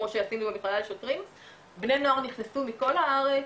בני נוער נכנסו מכל הארץ,